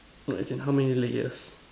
no as in how many layers